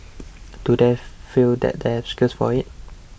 do they feel they have skills for it